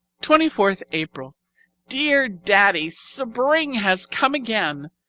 twenty fourth april dear daddy, spring has come again!